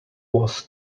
was